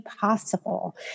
possible